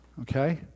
Okay